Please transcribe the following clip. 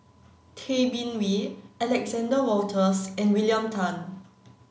Tay Bin Wee Alexander Wolters and William Tan